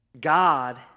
God